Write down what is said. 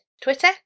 Twitter